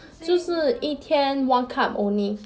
所以你还要